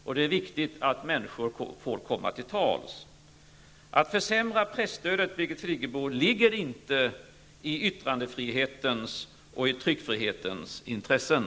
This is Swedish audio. Och det är viktigt att människor får komma tals. Att försämra presstödet, Birgit Friggebo, ligger inte i myttrandefriheten och tryckfrihetens intressen.